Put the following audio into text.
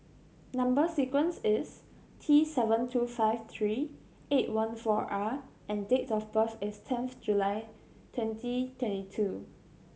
number sequence is T seven two five three eight one four R and date of birth is tenth July twenty twenty two